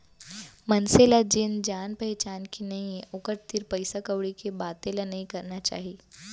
मनसे ल जेन जान पहिचान के नइये ओकर तीर पइसा कउड़ी के बाते ल नइ करना चाही